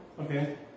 Okay